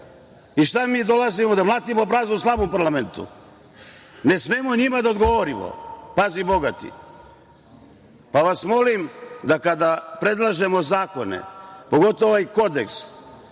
Šta mi dolazimo? Da mlatimo praznu slamu u parlamentu? Ne smemo njima da odgovorimo. Pazi Boga ti. Molim vas, kada predlažemo zakone, pogotovo ovaj kodeks,